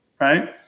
Right